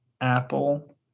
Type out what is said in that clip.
apple